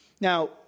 Now